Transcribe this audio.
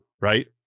Right